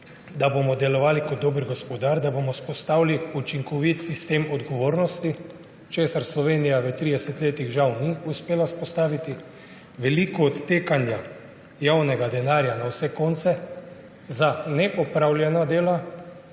da bomo delovali kot dober gospodar, da bomo vzpostavili učinkovit sistem odgovornosti, česar Slovenija v 30 letih žal ni uspela vzpostaviti. Veliko odtekanja javnega denarja na vse konce za nepopravljena dela,